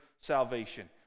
salvation